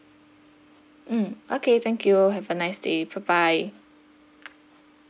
mm okay thank you have a nice day bye bye